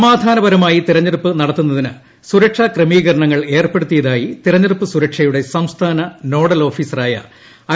സമാധാനപരമായി തെരഞ്ഞെടുപ്പ് നടത്തുന്നതിന് സുരക്ഷാ ക്രമീകരണങ്ങൾ ഏർപ്പെടുത്തിയതായി തെരഞ്ഞെടുപ്പ് സുരക്ഷയുടെ സംസ്ഥാന നോഡൽ ഓഫീസറായ ഐ